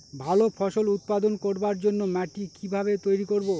ভালো ফসল উৎপাদন করবার জন্য মাটি কি ভাবে তৈরী করব?